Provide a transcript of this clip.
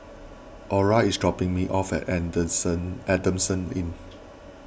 Ora is dropping me off at Adamson Inn